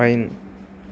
pine